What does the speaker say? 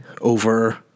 over